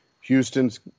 Houston's